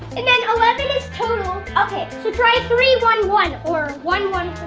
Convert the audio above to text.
and then eleven is total. so try three, one, one or one, one,